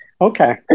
Okay